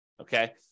okay